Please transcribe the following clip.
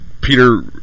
Peter